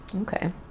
okay